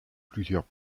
plusieurs